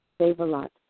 Save-A-Lot